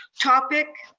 topic,